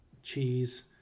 cheese